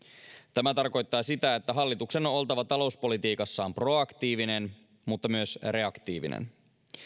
tämä tarkoittaa sitä että hallituksen on oltava talouspolitiikassaan proaktiivinen mutta myös reaktiivinen